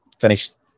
finished